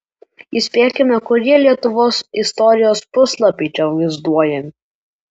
įspėkime kurie lietuvos istorijos puslapiai čia vaizduojami